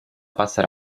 passare